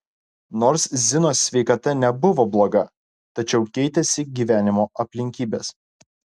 nors zinos sveikata nebuvo bloga tačiau keitėsi gyvenimo aplinkybės